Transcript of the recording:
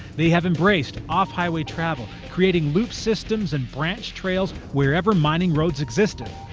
they have embraced off-highway travel, creating loop systems and branch trails wherever mining roads existed.